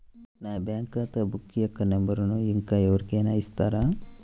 నా బ్యాంక్ ఖాతా బుక్ యొక్క నంబరును ఇంకా ఎవరి కైనా ఇస్తారా?